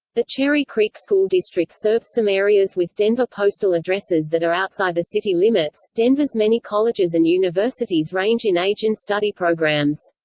the cherry creek school district serves some areas with denver postal addresses that are outside the city limits denver's many colleges and universities range in age and study programs.